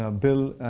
ah bill,